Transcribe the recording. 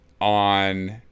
on